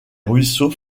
ruisseaux